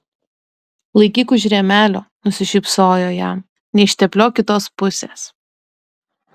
laikyk už rėmelio nusišypsojo jam neištepliok kitos pusės